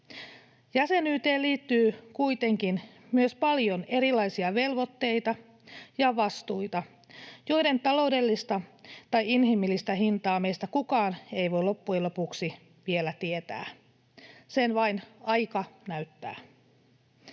Jäsenyyteen liittyy kuitenkin myös paljon erilaisia velvoitteita ja vastuita, joiden taloudellista tai inhimillistä hintaa meistä kukaan ei voi loppujen lopuksi vielä tietää. Sen vain aika näyttää.